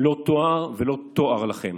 לא טוהר ולא תואר לכם.